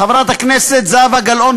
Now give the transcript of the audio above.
חברת הכנסת זהבה גלאון,